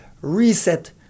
Reset